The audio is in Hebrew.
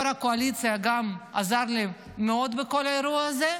יו"ר הקואליציה גם עזר לי מאוד בכל האירוע הזה,